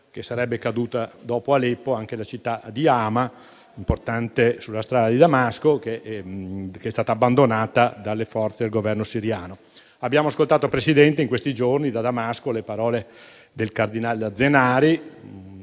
che sarebbe caduta, dopo Aleppo, anche la città di Hama, importante sulla strada di Damasco, che è stata abbandonata dalle forze del Governo siriano. Abbiamo ascoltato, Presidente, in questi giorni da Damasco le parole del cardinal Zenari,